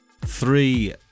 three